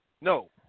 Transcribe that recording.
No